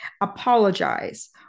apologize